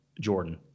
Jordan